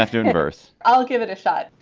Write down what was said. ah universe. i'll give it a shot.